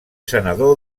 senador